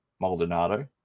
Maldonado